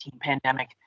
pandemic